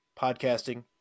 podcasting